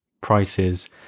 prices